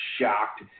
shocked